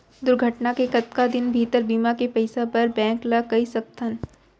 दुर्घटना के कतका दिन भीतर बीमा के पइसा बर बैंक ल कई सकथन?